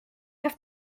have